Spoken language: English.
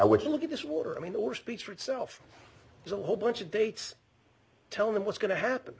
which you look at this water i mean or speaks for itself as a whole bunch of dates telling them what's going to happen